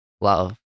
love